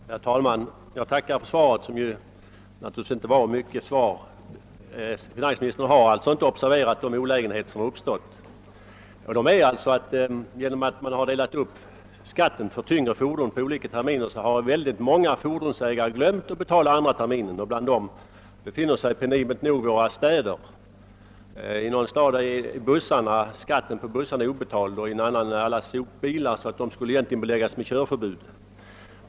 Herr talman! Jag tackar för svaret, som dock inte var mycket av ett svar. Finansministern har uppenbarligen inte observerat de olägenheter som uppkommit. Olägenheterna består i att många fordonsägare genom att automobilskatten för tyngre fordon delats upp på olika terminer glömt att betala skatten för andra terminen. Bland dessa fordonsägare befinner sig penibelt nog många städer. I en stad är skatten på bussarna obetald, och i en annan stad har skatten för sopbilarna inte erlagts — fordonen skulle alltså egentligen beläggas med körförbud.